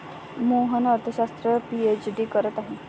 मोहन अर्थशास्त्रात पीएचडी करत आहे